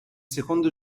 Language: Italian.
secondo